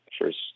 first